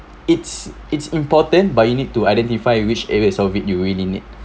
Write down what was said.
it's it's important but you need to identify which area of it you really need